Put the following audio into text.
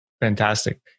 Fantastic